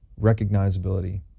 recognizability